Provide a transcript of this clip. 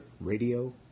Radio